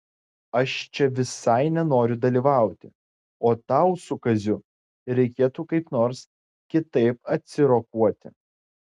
aš čia visai nenoriu dalyvauti o tau su kaziu reikėtų kaip nors kitaip atsirokuoti